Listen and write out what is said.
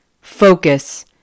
focus